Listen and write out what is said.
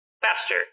faster